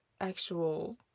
actual